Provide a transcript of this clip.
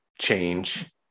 change